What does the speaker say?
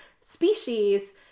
Species